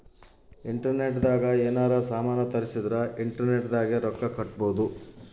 internet ದಾಗ ಯೆನಾರ ಸಾಮನ್ ತರ್ಸಿದರ ಇಂಟರ್ನೆಟ್ ದಾಗೆ ರೊಕ್ಕ ಕಟ್ಬೋದು